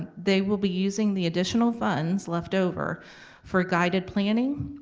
they will be using the additional funds left over for guided planning,